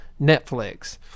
Netflix